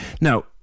now